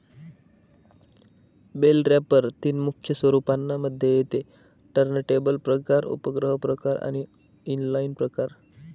bell wrapper तीन मुख्य स्वरूपांना मध्ये येते टर्नटेबल प्रकार, उपग्रह प्रकार आणि इनलाईन प्रकार